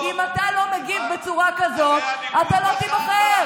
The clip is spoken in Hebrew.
אם אתה לא מגיב בצורה כזו, אתה לא תיבחר.